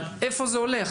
אבל איפה זה הולך?